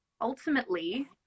ultimately